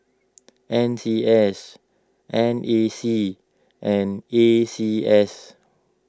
N C S N A C and A C S